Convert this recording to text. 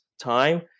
time